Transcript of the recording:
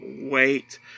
wait